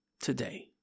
today